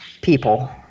people